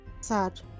Sad